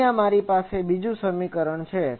અહીંયા મારી પાસે બીજુ સમીકરણ છે